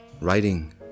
writing